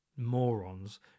morons